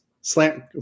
slant